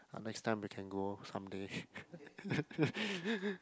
uh next time we can go some day